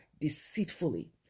deceitfully